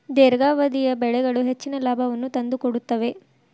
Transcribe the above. ದೇರ್ಘಾವಧಿಯ ಬೆಳೆಗಳು ಹೆಚ್ಚಿನ ಲಾಭವನ್ನು ತಂದುಕೊಡುತ್ತವೆ